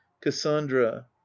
cassandra